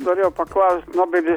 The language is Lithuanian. norėjau paklaust nobelis